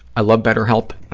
i love betterhelp.